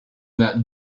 that